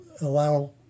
allow